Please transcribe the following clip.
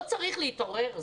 לא צריך להתעורר?